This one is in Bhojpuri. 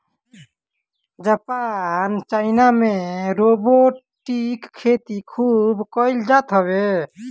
जापान चाइना में रोबोटिक खेती खूब कईल जात हवे